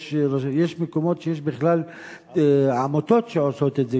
יש מקומות שיש בכלל עמותות שעושות את זה.